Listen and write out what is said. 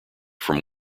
from